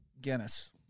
Guinness